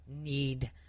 need